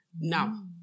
Now